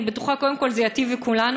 אני בטוחה, קודם כול, שזה ייטיב עם כולנו.